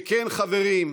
שכן, חברים,